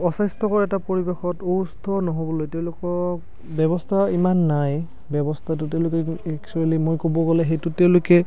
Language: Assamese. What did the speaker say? অস্বাস্থ্যকৰ এটা পৰিৱেশত অসুস্থ নহ'বলৈ তেওঁলোকক ব্যৱস্থা ইমান নাই ব্যৱস্থা টোটেলি এক্সুৱেলী মই ক'ব গ'লে সেই টোটেলিকে